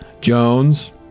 Jones